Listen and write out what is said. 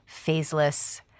phaseless